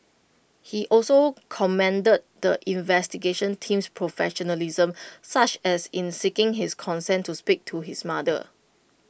he also commended the investigation team's professionalism such as in seeking his consent to speak to his mother